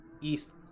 east